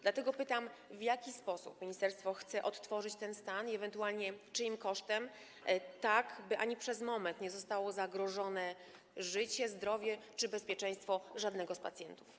Dlatego pytam: W jaki sposób ministerstwo chce odtworzyć ten stan i ewentualnie czyim kosztem, aby nawet przez moment nie zostało zagrożone życie, zdrowie czy bezpieczeństwo któregokolwiek z pacjentów?